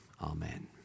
Amen